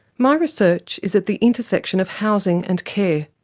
my research is at the intersection of housing and care,